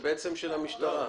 זה בעצם של המשטרה.